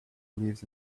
leaves